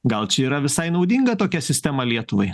gal čia yra visai naudinga tokia sistema lietuvai